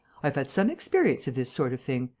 i have had some experience of this sort of thing.